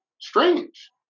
strange